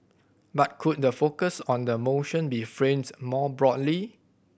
but could the focus on the motion be framed more broadly